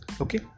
okay